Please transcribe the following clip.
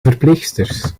verpleegsters